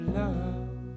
love